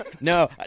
No